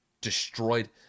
destroyed